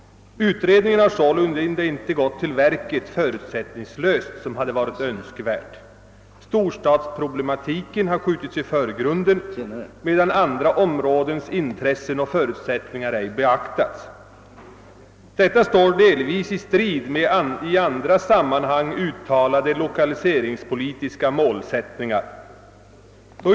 Utredningen har sålunda inte gått till verket förutsättningslöst som hade varit önskvärt. Storstadsproblematiken har skjutits i förgrunden, medan andra områdens intressen och förutsättningar ej beaktats. Detta står delvis i strid mot i andra sammanhang uttalade lokaliseringspolitiska målsättningar.